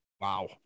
Wow